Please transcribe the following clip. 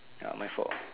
ya my fault